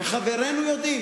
וחברינו יודעים,